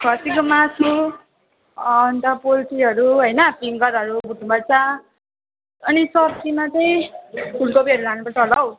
खसीको मासु अन्त पोल्टीहरू होइन फिङ्गरहरू भुट्नुपर्छ अनि सब्जीमा चाहिँ फुलकोपीहरू लानु पर्छ होला हौ